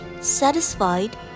satisfied